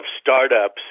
startups